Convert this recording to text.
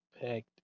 packed